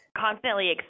constantly